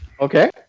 Okay